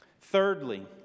Thirdly